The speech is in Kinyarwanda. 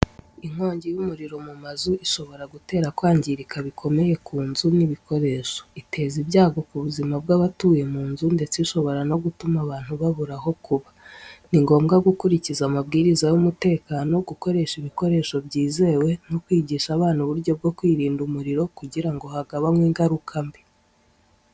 Inkongi y’umuriro mu mazu ishobora gutera kwangirika bikomeye ku nzu n’ibikoresho. Iteza ibyago ku buzima bw’abatuye mu nzu, ndetse ishobora no gutuma abantu babura aho kuba. Ni ngombwa gukurikiza amabwiriza y’umutekano, gukoresha ibikoresho byizewe, no kwigisha abana uburyo bwo kwirinda umuriro kugira ngo hagabanywe ingaruka mbi.